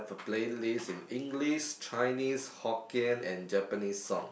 a playlist in English Chinese Hokkien and Japanese song